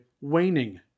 waning